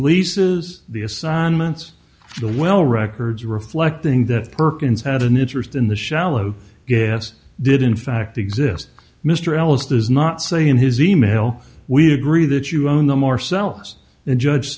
leases the assignments the well records reflecting that perkins had an interest in the shallow gas did in fact exist mr ellis does not say in his email we agree that you own them ourselves and judge